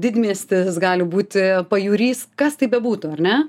didmiestis gali būti pajūrys kas tai bebūtų ar ne